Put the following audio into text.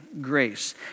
grace